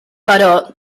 però